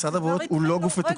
משרד הבריאות הוא לא גוף מתוקצב.